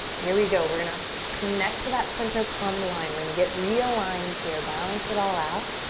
here we go. we're gonna connect to that center plumb line. we're gonna get realigned here, balance it all out.